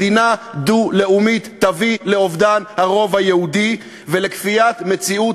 מדינה דו-לאומית תביא לאובדן הרוב היהודי ולכפיית מציאות